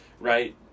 right